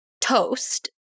toast